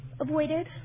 avoided